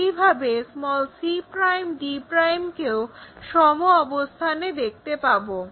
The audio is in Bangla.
একইভাবে c d কেও সম অবস্থানে দেখতে পাবো